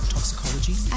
Toxicology